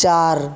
চার